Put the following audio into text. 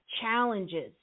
challenges